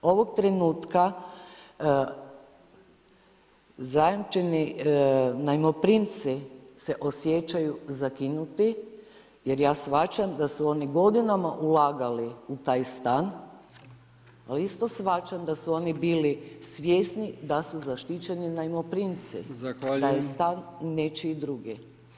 Ovog trenutka zajamčeni najmoprimci se osjećaju zakinuti jer ja shvaćam da su oni godinama ulagali u taj stan, a isto shvaćam da su oni bili svjesni da su zaštićeni najmoprimci, da je stan nečiji drugi.